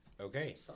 Okay